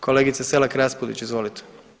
Kolegice Selak Raspudić, izvolite.